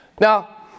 Now